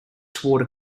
toward